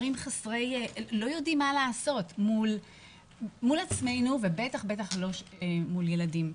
לא יודעים מה לעשות מול עצמנו, ובטח לא מול ילדים.